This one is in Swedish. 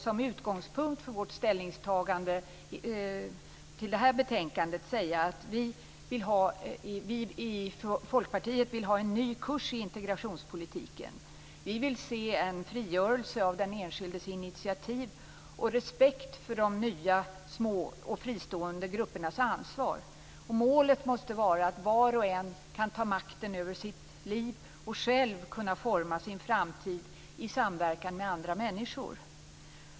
Som utgångspunkt för vårt ställningstagande till det här betänkandet vill jag säga att vi i Folkpartiet vill ha en ny kurs i integrationspolitiken. Vi vill se en frigörelse av den enskildes initiativ och respekt för de nya, små och fristående gruppernas ansvar. Målet måste vara att var och en kan ta makten över sitt liv och själv forma sin framtid i samverkan med andra människor.